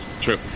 true